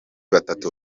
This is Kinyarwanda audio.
batatu